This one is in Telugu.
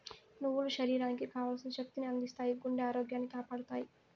నువ్వులు శరీరానికి కావల్సిన శక్తి ని అందిత్తాయి, గుండె ఆరోగ్యాన్ని కాపాడతాయి